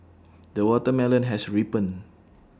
the watermelon has ripened